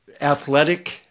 athletic